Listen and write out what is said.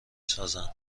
سازند